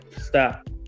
stop